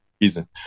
reason